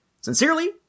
Sincerely